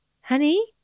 honey